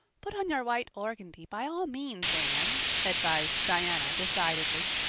put on your white organdy, by all means, anne, advised diana decidedly.